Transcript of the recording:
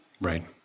right